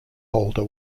holder